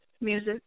music